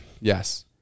Yes